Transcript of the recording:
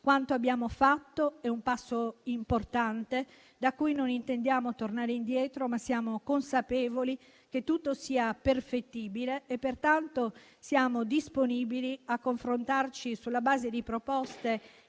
Quanto abbiamo fatto è un passo importante, da cui non intendiamo tornare indietro. Ma siamo consapevoli che tutto sia perfettibile e, pertanto, siamo disponibili a confrontarci sulla base di proposte